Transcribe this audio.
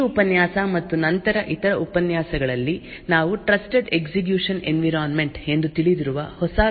ಈ ಉಪನ್ಯಾಸ ಮತ್ತು ನಂತರದ ಇತರ ಉಪನ್ಯಾಸಗಳಲ್ಲಿ ನಾವು ಟ್ರಸ್ಟೆಡ್ ಎಕ್ಸಿಕ್ಯೂಶನ್ ಎನ್ವಿರಾನ್ಮೆಂಟ್ ಎಂದು ತಿಳಿದಿರುವ ಹೊಸ ವಿಷಯವನ್ನು ತೆಗೆದುಕೊಳ್ಳುತ್ತೇವೆ